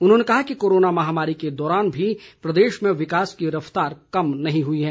उन्होंने कहा कि कोरोना महामारी के दौरान भी प्रदेश में विकास की रफ्तार कम नहीं हुई है